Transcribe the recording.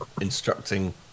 instructing